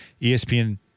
ESPN